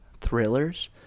thrillers